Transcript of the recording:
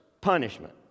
punishment